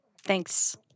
thanks